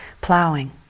plowing